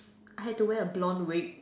I had to wear a blond wig